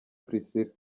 priscillah